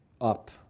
up